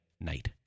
night